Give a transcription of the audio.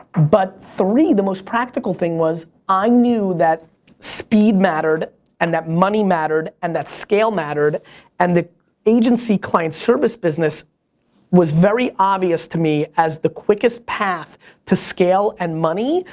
but three, the most practical thing was, i knew that speed mattered and that money mattered, and that scale mattered and the agency-client service business was very obvious to me as the quickest path to scale and money.